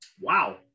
wow